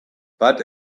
but